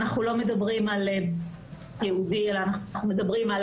אנחנו לא מדברים על --- אלא אנחנו מדברים על